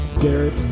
Garrett